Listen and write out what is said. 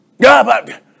God